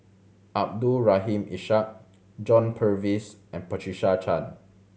Abdul Rahim Ishak John Purvis and Patricia Chan